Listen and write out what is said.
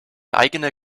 eigene